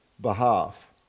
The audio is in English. behalf